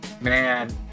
man